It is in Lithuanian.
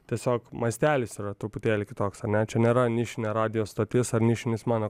tiesiog mastelis yra truputėlį kitoks ane čia nėra nišinė radijo stotis ar nišinis meno